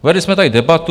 Vedli jsme tady debatu.